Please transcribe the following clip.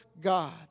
God